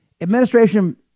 Administration